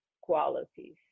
qualities